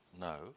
no